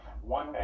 one